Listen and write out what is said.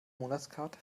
monatskarte